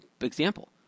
example